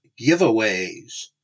giveaways